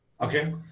Okay